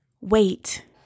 wait